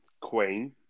Queen